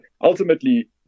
ultimately